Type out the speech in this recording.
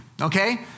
okay